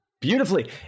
Beautifully